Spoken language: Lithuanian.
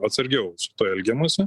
atsargiau su tuo elgiamasi